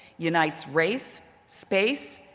unites race, space,